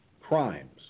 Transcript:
crimes